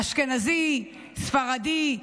אשכנזי, ספרדי,